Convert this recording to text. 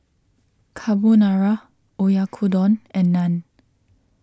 Carbonara Oyakodon and Naan